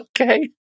okay